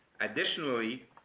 Additionally